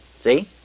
See